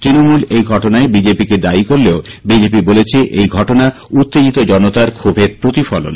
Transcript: তৃণমূল কংগ্রেস এই ঘটনায় বিজেপি কে দায়ী করলেও বিজেপি বলেছে এই ঘটনা উত্তেজিত জনতার ক্ষোভের প্রতিফলন